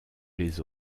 les